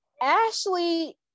Ashley